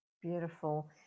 Beautiful